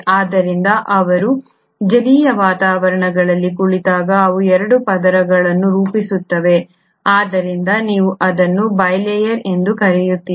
ಆದ್ದರಿಂದ ಅವರು ಜಲೀಯ ವಾತಾವರಣದಲ್ಲಿ ಕುಳಿತಾಗ ಅವು 2 ಪದರಗಳನ್ನು ರೂಪಿಸುತ್ತವೆ ಆದ್ದರಿಂದ ನೀವು ಅದನ್ನು ಬೈ ಲೇಯರ್ ಎಂದು ಕರೆಯುತ್ತೀರಿ